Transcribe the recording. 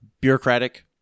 Bureaucratic